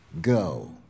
go